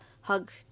Hug